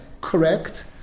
correct